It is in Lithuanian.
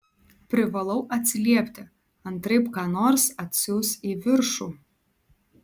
privalau atsiliepti antraip ką nors atsiųs į viršų